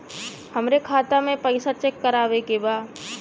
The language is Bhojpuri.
हमरे खाता मे पैसा चेक करवावे के बा?